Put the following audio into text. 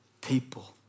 people